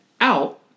out